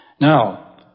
Now